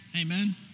amen